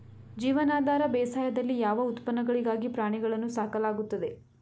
ಜೀವನಾಧಾರ ಬೇಸಾಯದಲ್ಲಿ ಯಾವ ಉತ್ಪನ್ನಗಳಿಗಾಗಿ ಪ್ರಾಣಿಗಳನ್ನು ಸಾಕಲಾಗುತ್ತದೆ?